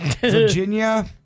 Virginia